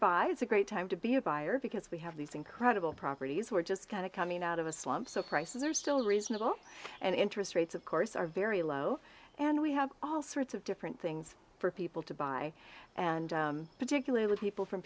buy it's a great time to be a buyer because we have these incredible properties we're just kind of coming out of a slump so prices are still reasonable and interest rates of course are very low and we have all sorts of different things for people to buy and particularly people from